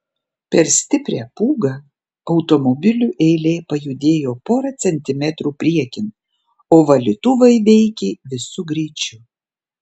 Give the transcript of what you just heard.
per stiprią pūgą automobilių eilė pajudėjo porą centimetrų priekin o valytuvai veikė visu greičiu